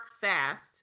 fast